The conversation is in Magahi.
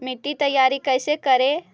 मिट्टी तैयारी कैसे करें?